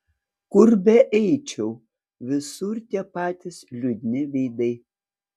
kur beeičiau visur tie patys liūdni veidai